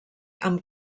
amb